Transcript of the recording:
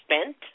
spent